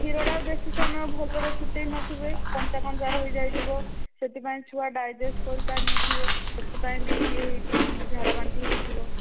କ୍ଷୀରଟା ବେଶୀ ସମୟ ଭଲରେ ଫୁଟେଇ ନଥିବେ କଞ୍ଚା କଞ୍ଚା ରହିଯାଇଥିବ ସେଥିପାଇଁ ଛୁଆ ଡାଇଜେଷ୍ଟ କରିପାରି ନଥିବ ସେଥିପାଇଁ ବି ଇଏ ଝାଡ଼ା ବାନ୍ତି ବି ହେଇଥିବ